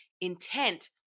intent